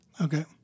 Okay